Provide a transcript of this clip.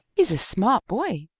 he's a smart boy,